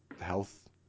health